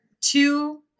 two